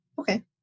Okay